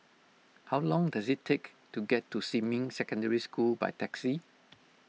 how long does it take to get to Xinmin Secondary School by taxi